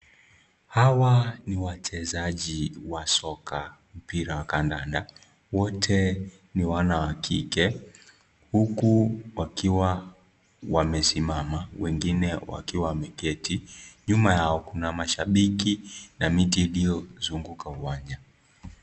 Hawa ni wachezaji wa soka, mpira wa kandanda. Wote ni wana wa kike, huku wakiwa wamesimama, wengine wakiwa wameketi . Nyuma yao kuna mashabiki na miti iliyozunguka uwanja.